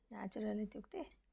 natural इत्युक्ते